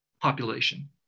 population